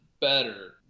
better